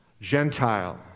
Gentile